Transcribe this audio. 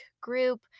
group